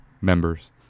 members